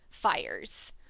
fires